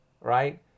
right